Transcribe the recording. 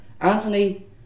Anthony